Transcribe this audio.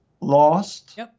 lost